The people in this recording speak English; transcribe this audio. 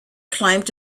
climbed